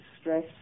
stress